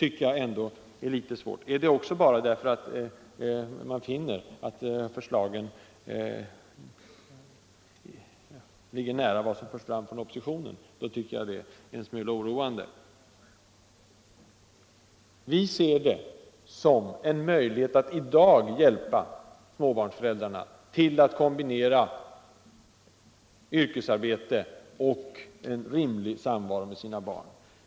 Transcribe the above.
Gör man det bara därför att man finner att förslagen ligger nära vad som framförs från oppositionen är det beklämmande Vi ser vårdnadsbidraget som en möjlighet att i dag hjälpa småbarnsföräldrarna att kombinera yrkesarbete och en rimlig samvaro med sina barn.